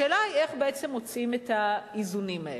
השאלה היא, איך בעצם מוצאים את האיזונים האלה?